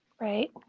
Right